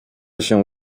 się